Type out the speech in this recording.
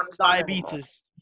Diabetes